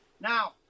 Now